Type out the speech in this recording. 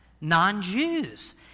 non-Jews